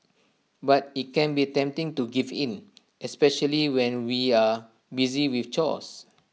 but IT can be tempting to give in especially when we are busy with chores